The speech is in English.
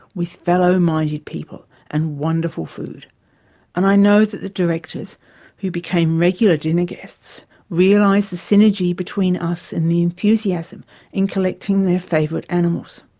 with fellow minded people and wonderful food and i know that the directors who became regular dinner guests realised the synergy between us and the enthusiasm in collecting their favourite animals.